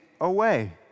away